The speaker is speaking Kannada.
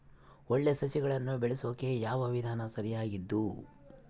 ಒಳ್ಳೆ ಸಸಿಗಳನ್ನು ಬೆಳೆಸೊಕೆ ಯಾವ ವಿಧಾನ ಸರಿಯಾಗಿದ್ದು?